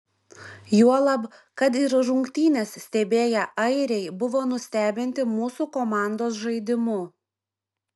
juolab kad ir rungtynes stebėję airiai buvo nustebinti mūsų komandos žaidimu